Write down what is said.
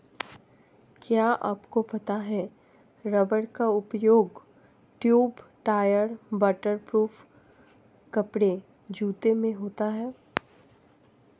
क्या आपको पता है रबर का उपयोग ट्यूब, टायर, वाटर प्रूफ कपड़े, जूते में होता है?